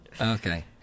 Okay